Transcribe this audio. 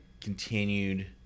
continued